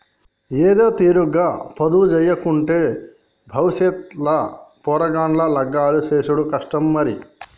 ఏదోతీరుగ పొదుపుజేయకుంటే బవుసెత్ ల పొలగాండ్ల లగ్గాలు జేసుడు కష్టం మరి